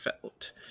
felt